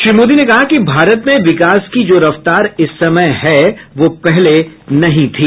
श्री मोदी ने कहा कि भारत में विकास की जो रफ्तार इस समय है वो पहले नहीं थी